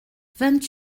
vingt